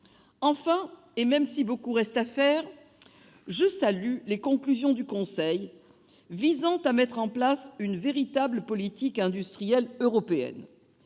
enfin : même si beaucoup reste à faire, je salue les conclusions du Conseil visant à mettre en place une véritable politique industrielle européenne.